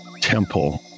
temple